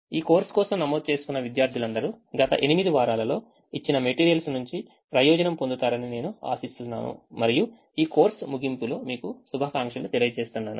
ఈ కోర్సు కోసం నమోదు చేసుకున్న విద్యార్థులందరూ గత 8 వారాలలో ఇచ్చిన materials నుండి ప్రయోజనం పొందుతారని మేము ఆశిస్తున్నాము మరియు ఈ కోర్సు ముగింపులో మీకు శుభాకాంక్షలు తెలియజేస్తున్నాను